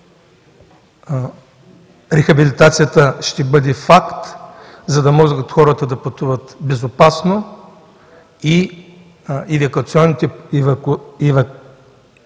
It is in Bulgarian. рехабилитацията ще бъде факт, за да може хората да пътуват безопасно и евакуационните